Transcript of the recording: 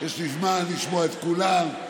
יש לי זמן לשמוע את כולם.